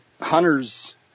hunters